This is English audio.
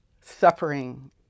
suffering